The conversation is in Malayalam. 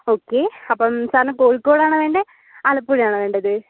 ഓക്കേ അപ്പം സാറിന് കോഴിക്കോടാണോ വേണ്ടത് ആലപ്പുഴയാണോ വേണ്ടത്